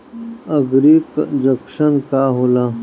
एगरी junction का होला?